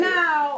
Now